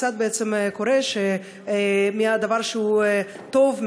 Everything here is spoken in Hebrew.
כיצד קורה שמדבר טוב,